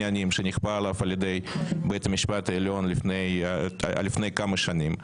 העניינים שנכפה עליו על ידי בית המשפט העליון לפני כמה שנים.